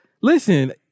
Listen